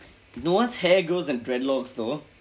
no one's hair grows and dread locks though